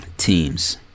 teams